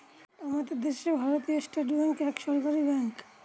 আমাদের দেশে ভারতীয় স্টেট ব্যাঙ্ক এক সরকারি ব্যাঙ্ক